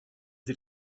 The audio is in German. sie